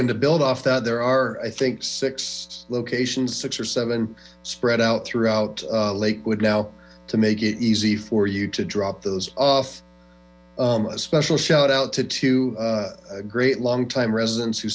and to build off that there are i think six locations six or seven spread out throughout lakewood now to make it easy for you to drop those off a special shout out to two great longtime residents